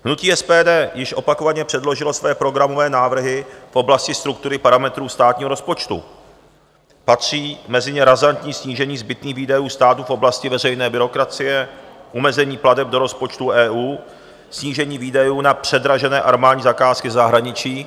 Hnutí SPD již opakovaně předložilo své programové návrhy v oblasti struktury parametrů státního rozpočtu, patří mezi ně razantní snížení zbytných výdajů státu v oblasti veřejné byrokracie, omezení plateb do rozpočtu EU, snížení výdajů na předražené armádní zakázky ze zahraničí.